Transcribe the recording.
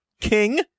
king